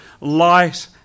light